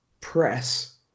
press